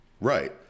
right